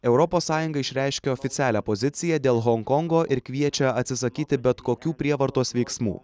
europos sąjunga išreiškė oficialią poziciją dėl honkongo ir kviečia atsisakyti bet kokių prievartos veiksmų